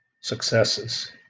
successes